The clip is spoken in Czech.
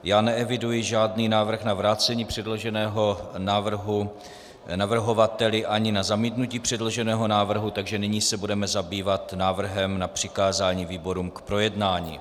Já neeviduji žádný návrh na vrácení předloženého návrhu navrhovateli ani na zamítnutí předloženého návrhu, takže nyní se budeme zabývat návrhem na přikázání výborům k projednání.